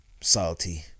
salty